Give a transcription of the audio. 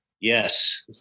Yes